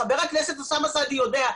חבר הכנסת אוסאמה סעדי יודע,